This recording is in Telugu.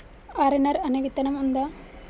ఆర్.ఎన్.ఆర్ అనే విత్తనం ఉందా?